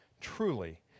truly